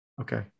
Okay